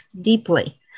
deeply